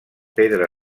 pedra